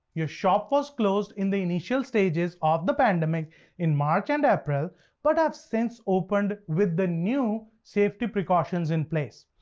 your shop was closed in the initial stages of the pandemic in march and april but have since opened with the new safety precautions in place.